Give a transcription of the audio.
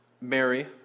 Mary